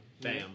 bam